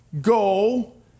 Go